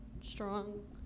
strong